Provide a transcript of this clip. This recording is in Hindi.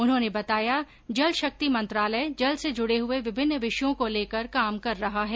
उन्होंने बताया जल शक्ति मंत्रालय जल से जुडे हुए विभिन्न विषयों को लेकर काम कर रहा है